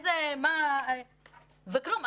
וכלום.